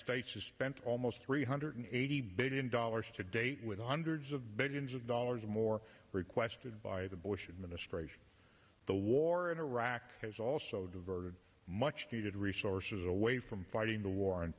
states has spent almost three hundred eighty billion dollars to date with hundreds of billions of dollars more requested by the bush administration the war in iraq has also diverted much needed resources away from fighting the war on